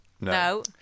No